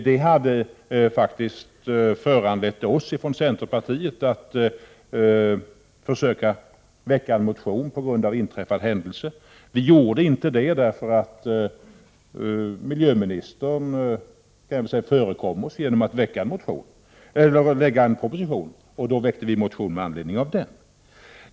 Det hade faktiskt funnits anledning för oss från centerpartiet att försöka väcka en motion på grund av inträffad händelse, men vi gjorde inte det därför att miljöministern förekom oss genom att lägga en proposition, och då väckte vi en motion med anledning av propositionen.